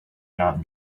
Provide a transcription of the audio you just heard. not